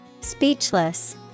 Speechless